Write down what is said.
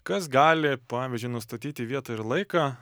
kas gali pavyzdžiui nustatyti vietą ir laiką